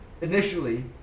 Initially